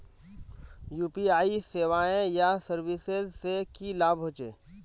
UPI सेवाएँ या services से की लाभ होचे?